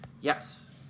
Yes